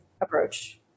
approach